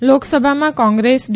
સંસદ લોકસભામાં કોંગ્રેસ ડી